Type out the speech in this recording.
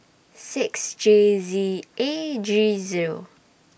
six J Z A G Zero